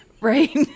right